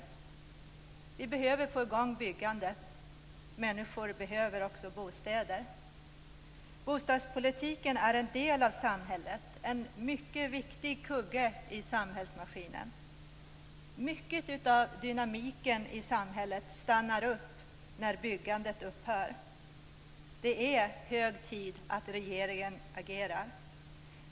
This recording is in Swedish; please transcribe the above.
Vi behöver få igång byggandet. Människor behöver också bostäder. Bostadspolitiken är en del av samhället, en mycket viktig kugge i samhällsmaskinen. Mycket av dynamiken i samhället stannar upp när byggandet upphör. Det är hög tid att regeringen agerar.